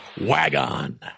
Wagon